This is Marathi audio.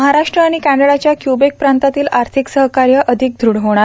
महाराष्ट्र आणि कॅनडाच्या क्युबेक प्रांतातील आर्थिक सहकार्य अधिक दृढ होणार